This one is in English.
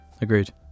Agreed